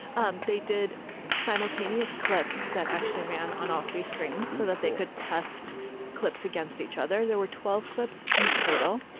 um they did simultaneous clips that actually ran on all three screens so that they could test clips against each other. there were twelve clips in total.